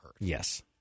Yes